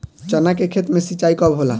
चना के खेत मे सिंचाई कब होला?